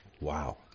Wow